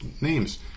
names